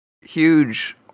huge